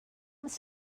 must